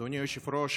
אדוני היושב-ראש,